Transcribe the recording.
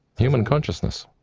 human consciousness.